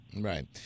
Right